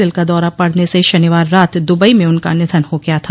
दिल का दौरा पड़ने से शनिवार रात दुबई में उनका निधन हो गया था